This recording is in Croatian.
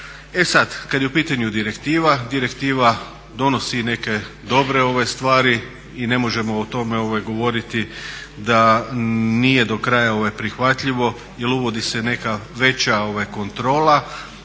E sad, kad je u pitanju direktiva, direktiva donosi i neke dobre stvari i ne možemo o tome govoriti da nije do kraja prihvatljivo jer uvodi se neka veća kontrola